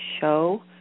show